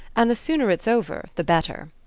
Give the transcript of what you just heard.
and the sooner it's over the better.